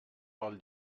pel